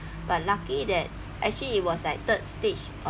but lucky that actually it was like third stage of